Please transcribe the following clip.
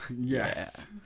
Yes